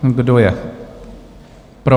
Kdo je pro?